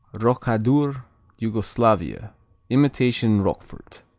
rokadur yugoslavia imitation roquefort.